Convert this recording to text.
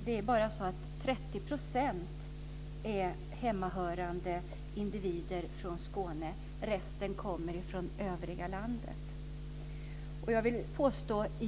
30 % av individerna är hemmahörande i Skåne. Resten kommer från övriga landet.